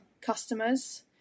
customers